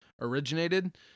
originated